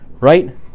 right